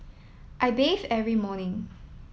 I bathe every morning